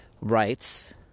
rights